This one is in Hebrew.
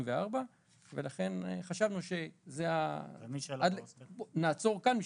ולכן חשבנו שנעצור כאן,